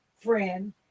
friend